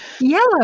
Yellow